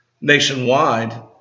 nationwide